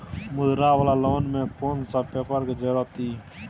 मुद्रा वाला लोन म कोन सब पेपर के जरूरत इ?